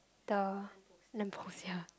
the lamp post ya